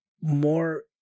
more